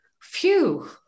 phew